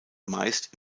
meist